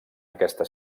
aquesta